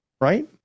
right